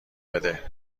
بده